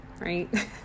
right